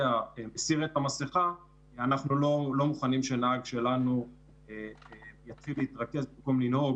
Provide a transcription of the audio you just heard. הסיר את המסכה אנחנו לא מוכנים שנהג שלנו במקום לנהוג,